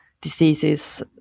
diseases